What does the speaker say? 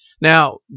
Now